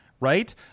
right